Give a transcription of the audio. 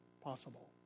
possible